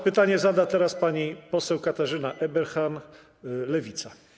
Pytanie zada teraz poseł Katarzyna Eberhan, Lewica.